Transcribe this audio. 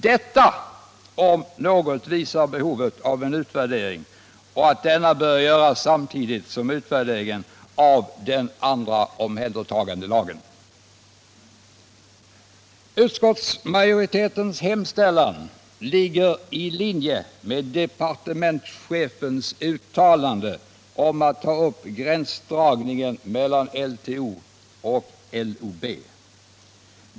Detta om något visar behovet av en utvärdering, och att denna bör göras samtidigt som utvärderingen av den andra omhändertagandelagen. Utskottsmajoritetens hemställan ligger i linje med departementschefens uttalande om att ta upp gränsdragningen mellan LTO och LOB.